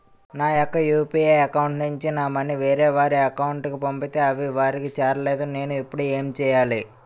నా యెక్క UPI account నుంచి నా మనీ వేరే వారి అకౌంట్ కు పంపితే అవి వారికి చేరలేదు నేను ఇప్పుడు ఎమ్ చేయాలి?